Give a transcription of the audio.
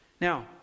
Now